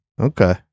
Okay